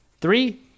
Three